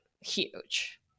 huge